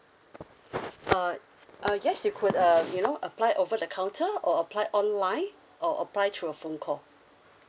uh uh yes you could uh you know apply over the counter or apply online or apply through a phone call